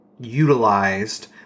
utilized